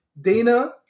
Dana